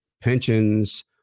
pensions